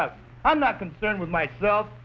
up i'm not concerned with myself